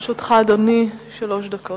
לרשותך, אדוני, שלוש דקות.